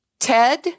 Ted